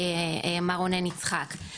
מר רונן יצחק.